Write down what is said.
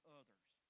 others